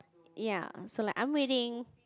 ya so like I'm waiting